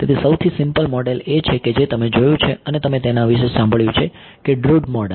તેથી સૌથી simple model એ છે કે જે તમે જોયું છે અને તમે તેના વિષે સાંભળ્યું છે કે Drude મોડેલ